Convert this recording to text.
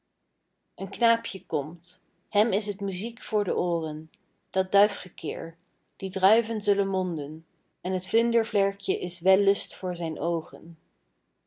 een knaapje komt hem is t muziek voor de ooren dat duifgekir die druiven zullen monden en t vlindervlerkje is wellust voor zijn oogen